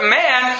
man